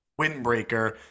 windbreaker